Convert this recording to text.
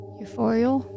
euphorial